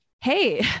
hey